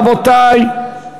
רבותי,